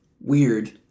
weird